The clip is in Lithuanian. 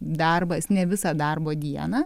darbas ne visą darbo dieną